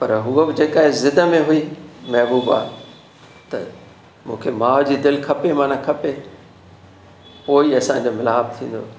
पर उहा बि जेका आहे ज़िद में हुई महबूबा त मूंखे माउ जी दिलि खपे माना खपे पोइ असांजो मिलाव थींदो